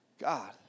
God